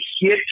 hit